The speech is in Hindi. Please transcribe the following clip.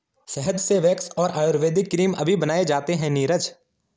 शहद से वैक्स और आयुर्वेदिक क्रीम अभी बनाए जाते हैं नीरज